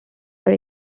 are